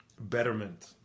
betterment